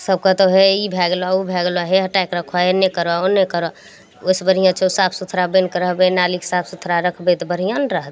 सब कहतो ई भए गेलो ओ भए गेलो हे हटाएके रखो हे एन्ने करो ओन्ने करो ओहिसे बढ़िआँ छौ साफ सुथड़ा बैनिके रहबै नालीके साफ सुथड़ा रखबै तऽ बढ़िआँ ने रहतै